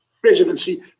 presidency